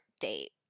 date